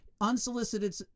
Unsolicited